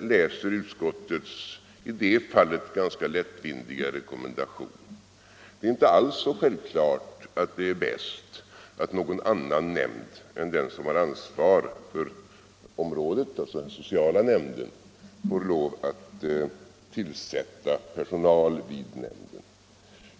läser utskottets i detta fall ganska lättvindiga rekommendation. Det är inte alls så självklart att det är bäst att någon annan nämnd än den som har ansvar för området, alltså den sociala nämnden, får lov att tillsätta personal vid nämnden.